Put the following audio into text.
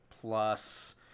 Plus